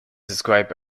describe